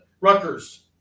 Rutgers